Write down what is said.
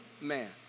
man